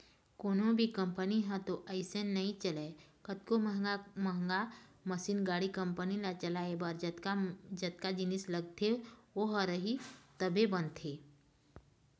कोनो भी कंपनी ह तो अइसने नइ चलय कतको महंगा महंगा मसीन, गाड़ी, कंपनी ल चलाए बर जतका जिनिस लगथे ओ ह रही तभे बनथे